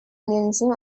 indonesian